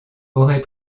aurait